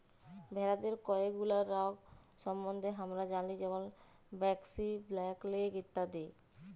ভেরাদের কয়ে গুলা রগ সম্বন্ধে হামরা জালি যেরম ব্র্যাক্সি, ব্ল্যাক লেগ ইত্যাদি